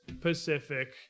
Pacific